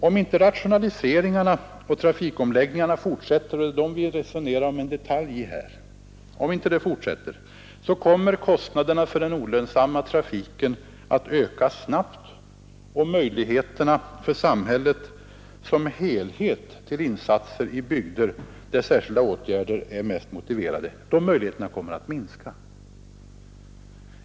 Om inte rationaliseringarna och trafikomläggningarna fortsätter — och det är en del detaljer i dem som vi här resonerar om — kommer kostnaderna för den olönsamma trafiken att öka snabbt, och möjligheterna för samhället som helhet att göra insatser i de bygder där särskilda åtgärder är mest motiverade kommer att minska.